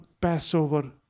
Passover